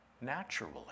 naturally